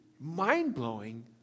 mind-blowing